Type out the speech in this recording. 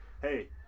hey